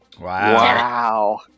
Wow